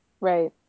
right